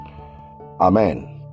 Amen